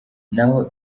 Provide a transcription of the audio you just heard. naho